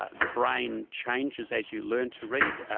ah the brain changes as you learn to read.